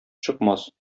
чыкмас